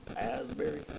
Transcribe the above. Asbury